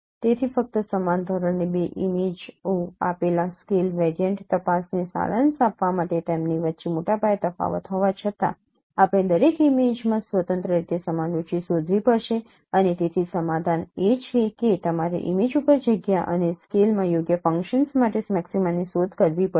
તેથી ફક્ત સમાન ધોરણની બે ઇમેજઓ આપેલા સ્કેલ ઈનવેરિયન્ટ તપાસને સારાંશ આપવા માટે તેમની વચ્ચે મોટા પાયે તફાવત હોવા છતાં આપણે દરેક ઇમેજમાં સ્વતંત્ર રીતે સમાન રુચિ શોધવી પડશે અને તેથી સમાધાન એ છે કે તમારે ઇમેજ ઉપર જગ્યા અને સ્કેલમાં યોગ્ય ફંક્શન્સ માટે મૅક્સીમાની શોધ કરવી પડશે